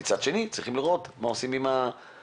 מצד שני צריכים לראות מה עושים עם המפעילים.